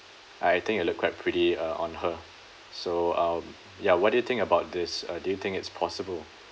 I I think it'll look pretty uh on her so um ya what do you think about this uh do you think it's possible